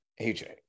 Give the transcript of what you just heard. AJ